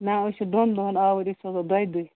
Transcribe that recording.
نہ أسۍ چھِ دۄن دۄہَن آوٕرۍ أسۍ سوزَو دۄیہِ دۄہہِ